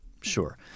sure